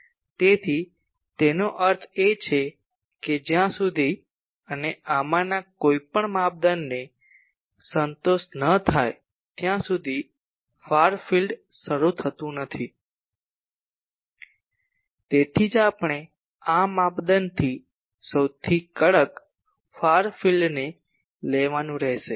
તેથી તેનો અર્થ એ છે કે જ્યાં સુધી અને આમાંના કોઈપણ માપદંડને સંતોષ ન થાય ત્યાં સુધી ફાર ફિલ્ડ શરૂ થતું નથી તેથી જ આપણે આ માપદંડથી સૌથી કડક ફાર ફિલ્ડને લેવાનું રહેશે